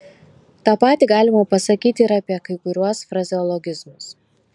tą patį galima pasakyti ir apie kai kuriuos frazeologizmus